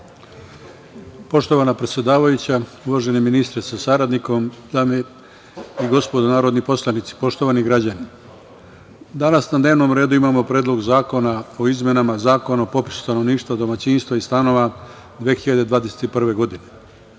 Poštovana predsedavajuća, uvaženi ministre sa saradnikom, dame i gospodo narodni poslanici, poštovani građani, danas na dnevnom redu imamo Predlog zakona o izmenama Zakona o popisu stanovništva, domaćinstva i stanova 2021. godine. Zakon